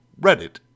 Reddit